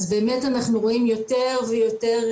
אז באמת אנחנו רואים יותר ויותר